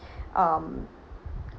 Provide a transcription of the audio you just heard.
um